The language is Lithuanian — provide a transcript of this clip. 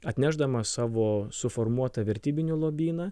atnešdamas savo suformuotą vertybinį lobyną